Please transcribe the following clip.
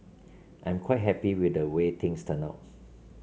I'm quite happy with the way things turned out